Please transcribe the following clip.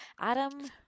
Adam